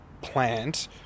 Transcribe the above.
plant